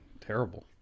terrible